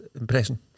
impression